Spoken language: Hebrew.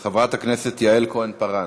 חברת הכנסת יעל כהן-פארן.